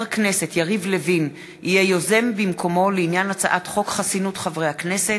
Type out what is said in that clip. הכנסת יריב לוין יהיה יוזם במקומו לעניין הצעת חוק חסינות חברי הכנסת,